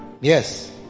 yes